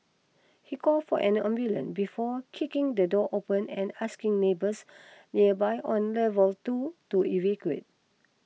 he call for an ambulance before kicking the door open and asking neighbours nearby on level two to evacuate